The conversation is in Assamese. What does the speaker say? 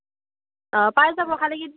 অঁ পাই যাব খালি কিন